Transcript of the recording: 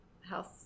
House